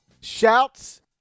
Shouts